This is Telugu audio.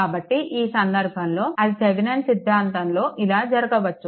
కాబట్టి ఆ సందర్భంలో అది థెవెనిన్ సిద్ధాంతంలో ఇలా జరగవచ్చు